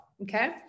okay